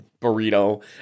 burrito